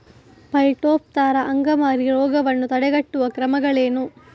Phytophthora ಅಂಗಮಾರಿ ರೋಗವನ್ನು ತಡೆಗಟ್ಟುವ ಕ್ರಮಗಳೇನು?